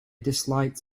disliked